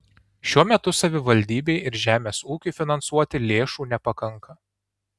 šiuo metu savivaldybei ir žemės ūkiui finansuoti lėšų nepakanka